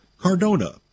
Cardona